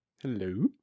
Hello